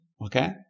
Okay